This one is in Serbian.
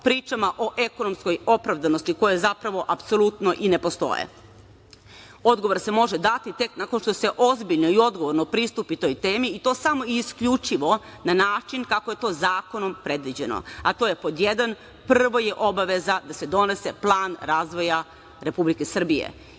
pričama o ekonomskoj opravdanosti koja je zapravo apsolutno i ne postoje. Odgovor se može dati tek nakon što se ozbiljno i odgovorno pristupi toj temi, i to samo i isključivo na način kako je to zakonom predviđeno, a to je, pod jedan, prvo je obaveza da se donese plan razvoja Republike Srbije,